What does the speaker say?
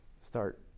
start